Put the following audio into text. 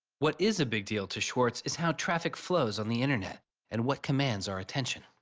what is a big deal to swartz is how traffic flows on the internet and what commands our attention?